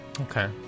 Okay